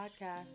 podcast